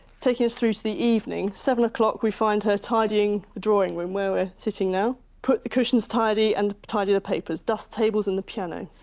taking us through to the evening. seven o'clock, we find her tidying the drawing room, where we're sitting now. put the cushions tidy and tidy the papers. dust tables and the piano.